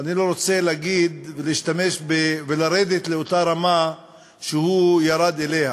אני לא רוצה להגיד ולרדת לאותה רמה שהוא ירד אליה